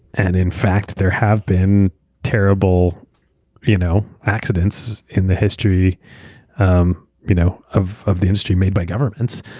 and in fact, there have been terrible you know accidents in the history um you know of of the industry made by governments.